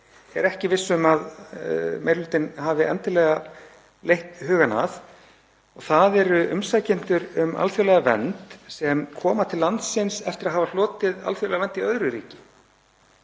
ég er ekki viss um að meiri hlutinn hafi endilega leitt hugann að. Það eru umsækjendur um alþjóðlega vernd sem koma til landsins eftir að hafa hlotið alþjóðlega vernd í öðru ríki